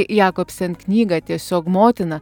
jakobsen knygą tiesiog motina